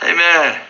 Amen